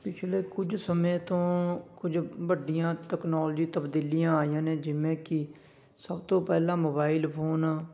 ਪਿਛਲੇ ਕੁਝ ਸਮੇਂ ਤੋਂ ਕੁਝ ਵੱਡੀਆਂ ਟੈਕਨੋਲਜੀ ਤਬਦੀਲੀਆਂ ਆਈਆਂ ਨੇ ਜਿਵੇਂ ਕਿ ਸਭ ਤੋਂ ਪਹਿਲਾਂ ਮੋਬਾਇਲ ਫ਼ੋਨ